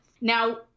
Now